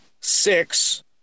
six